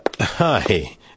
hi